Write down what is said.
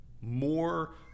more